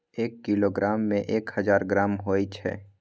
एक किलोग्राम में एक हजार ग्राम होय छै